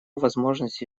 возможности